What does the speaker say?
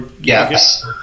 yes